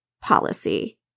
policy